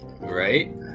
Right